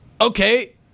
okay